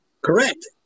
correct